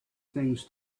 things